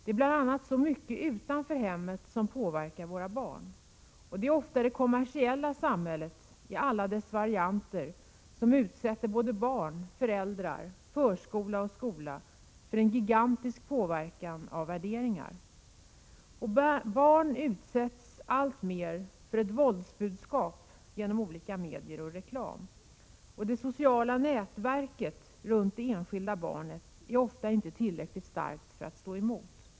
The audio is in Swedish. Det finns så mycket utanför hemmet som påverkar våra barn. Ofta utsätter just det kommersiella samhället i alla dess varianter såväl barn, föräldrar och förskola som skola för en gigantisk påverkan av värderingar. Barn utsätts alltmer för ett våldsbudskap genom olika medier och reklam. Det sociala nätverket runt det enskilda barnet är ofta inte tillräckligt starkt för att barnet skall kunna stå emot.